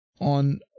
on